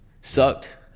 sucked